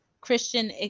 Christian